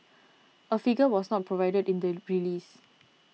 a figure was not provided in the release